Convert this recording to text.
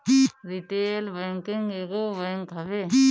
retail banking एगो bank हवे